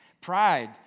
Pride